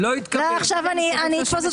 גם אותך אדוני אני מברך.